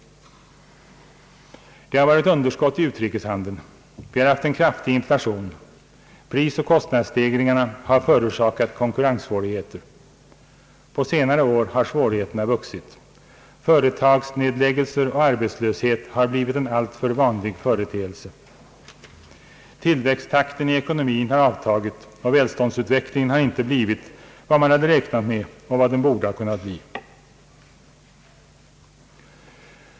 Det har varit underskott i utrikeshandeln, vi har haft en kraftig in flation, prisoch kostnadsstegringarna har förorsakat konkurrenssvårigheter. På senare år har svårigheterna vuxit. Företagsnedläggelser och arbetslöshet har blivit en alltför vanlig företeelse. Tillväxttakten i ekonomin har avtagit, och välståndsutvecklingen har inte blivit vad man hade räknat med och vad den borde ha kunnat bli.